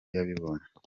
yabibonye